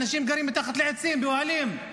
אנשים גרים מתחת לעצים, באוהלים.